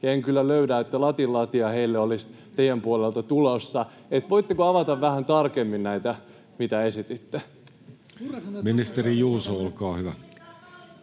en kyllä löydä, että latin latia heille olisi teidän puoleltanne tulossa, niin että voitteko avata vähän tarkemmin näitä, mitä esititte? Ministeri Juuso, olkaa hyvä.